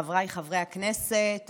חבריי חברי הכנסת,